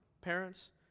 Parents